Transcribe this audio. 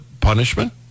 punishment